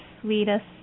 sweetest